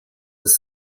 his